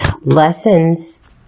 lessons